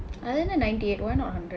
அது என்ன:athu enna ninety eight why not hundred